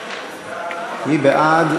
מי בעד?